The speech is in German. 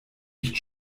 nicht